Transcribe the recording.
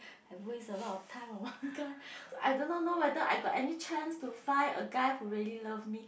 have waste a lot of time on one guy so I do not know whether I got any chance to find a guy who really love me